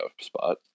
spot